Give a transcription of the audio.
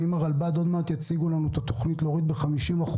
ואם הרלב"ד יציגו לנו את התוכנית לצמצם ב-50%,